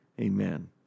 Amen